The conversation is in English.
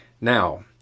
now